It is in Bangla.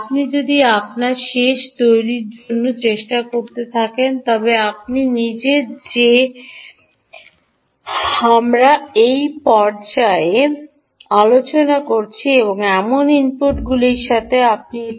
আপনি শেষে তৈরির চেষ্টা করছেন আপনি জানেন যে আমরা এই পর্যায়ে এমন ইনপুটগুলির সাথে আলোচনা করছি